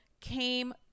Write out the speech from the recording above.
came